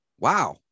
Wow